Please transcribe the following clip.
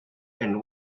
and